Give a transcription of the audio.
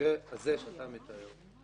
שבמקרה הזה שאתה מתאר,